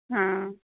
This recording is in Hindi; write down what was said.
हाँ